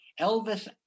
Elvis